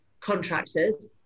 contractors